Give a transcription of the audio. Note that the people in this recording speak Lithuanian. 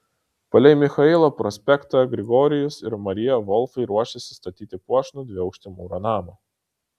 palei michailo prospektą grigorijus ir marija volfai ruošėsi statyti puošnų dviaukštį mūro namą